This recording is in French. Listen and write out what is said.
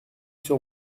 sur